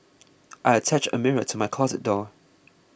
I attached a mirror to my closet door